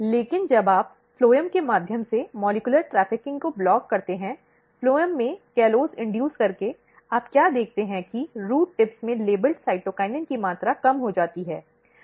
लेकिन जब आप फ्लोएम के माध्यम से मॉलिक्युलर् ट्रैफिकिंग को ब्लॉक करते हैंफ्लोएम में कॉलोस उत्प्रेरण करके आप क्या देखते हैं कि रूट टिप्स में लेबल साइटोकिनिन की मात्रा कम हो जाती है